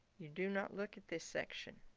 you do not look at this section,